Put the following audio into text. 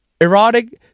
erotic